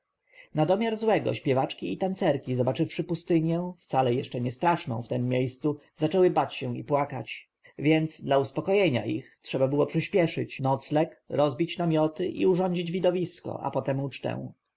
na domiar złego śpiewaczki i tancerki zobaczywszy pustynię wcale jeszcze nie straszną w tem miejscu zaczęły bać się i płakać więc dla uspokojenia ich trzeba było przyśpieszyć nocleg rozbić namioty i urządzić widowisko a potem ucztę